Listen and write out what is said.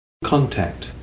contact